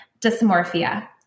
dysmorphia